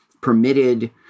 permitted